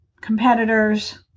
competitors